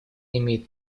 имеет